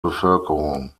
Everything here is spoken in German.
bevölkerung